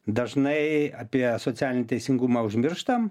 dažnai apie socialinį teisingumą užmirštam